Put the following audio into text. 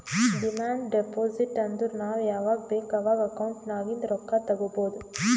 demand deposit ಅಂದುರ್ ನಾವ್ ಯಾವಾಗ್ ಬೇಕ್ ಅವಾಗ್ ಅಕೌಂಟ್ ನಾಗಿಂದ್ ರೊಕ್ಕಾ ತಗೊಬೋದ್